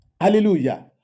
Hallelujah